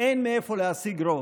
אין מאיפה להשיג רוב.